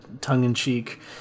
tongue-in-cheek